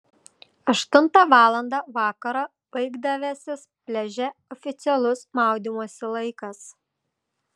aštuntą valandą vakaro baigdavęsis pliaže oficialus maudymosi laikas